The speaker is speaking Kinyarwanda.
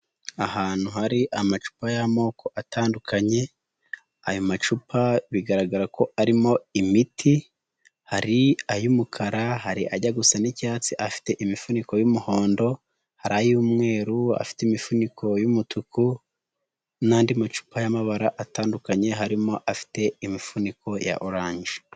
Ahantu hari amacupa y'amoko atandukanye, ayo macupa bigaragara ko arimo imiti, hari ay'umukara, ajya gusa n'icyatsi afite imifuniko y'umuhondo, hari ay'umweru afite imifuniko y'umutuku n'andi macupa y'amabara atandukanye harimo afite imifuniko ya oranje.